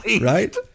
Right